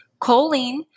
Choline